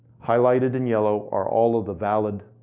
highlighted in yellow are all of the valid,